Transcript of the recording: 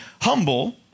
humble